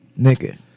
nigga